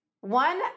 One